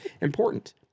important